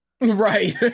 right